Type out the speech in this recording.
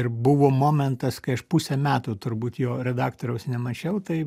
ir buvo momentas kai aš pusę metų turbūt jo redaktoriaus nemačiau tai